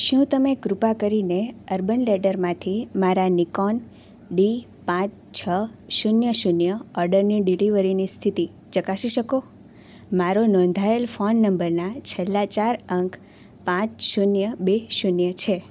શું તમે કૃપા કરીને અર્બન લેડરમાંથી મારા નિકોન ડી પાંચ છ શૂન્ય શૂન્ય ઓર્ડરની ડિલિવરીની સ્થિતિ ચકાસી શકો મારો નોંધાયેલ ફોન નંબરના છેલ્લા ચાર અંક પાંચ શૂન્ય બે શૂન્ય છે